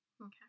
Okay